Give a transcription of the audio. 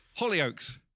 Hollyoaks